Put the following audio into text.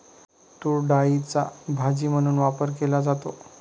तूरडाळीचा भाजी म्हणून वापर केला जातो